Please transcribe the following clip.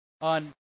on